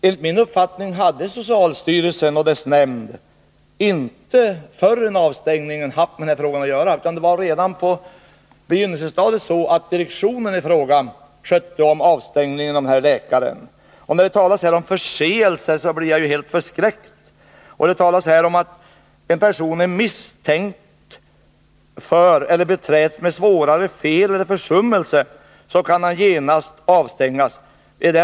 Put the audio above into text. Enligt min uppfattning hade socialstyrelsen och dess nämnd inte före avstängningen haft med den här frågan att göra, utan det var direktionen som redan på begynnelsestadiet skötte om avstängningen av läkaren i fråga. Det talas i svaret om förseelser. Jag blir helt förskräckt då jag läser det. Vidare sägs att om en person ”är misstänkt för eller beträds med svårare fel eller försummelse” kan han genast avstängas.